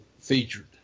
featured